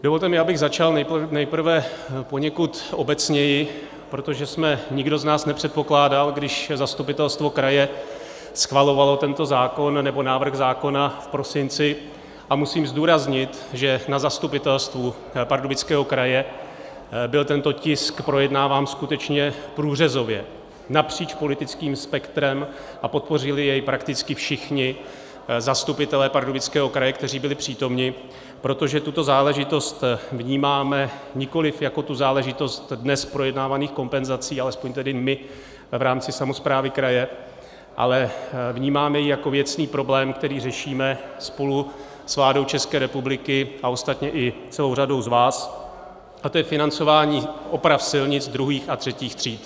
Dovolte mi, abych začal nejprve poněkud obecněji, protože jsme, nikdo z nás nepředpokládal, když zastupitelstvo kraje schvalovalo tento zákon, nebo návrh zákona v prosinci, a musím zdůraznit, že na Zastupitelstvu Pardubického kraje byl tento tisk projednáván skutečně průřezově, napříč politickým spektrem, a podpořili jej prakticky všichni zastupitelé Pardubického kraje, kteří byli přítomni, protože tuto záležitost vnímáme nikoliv jako tu záležitost dnes projednávaných kompenzací, alespoň tedy my v rámci samosprávy kraje, ale vnímáme ji jako věcný problém, který řešíme spolu s vládou České republiky a ostatně i s celou řadou z vás, a to je financování oprav silnic druhých a třetích tříd.